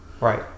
right